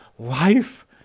Life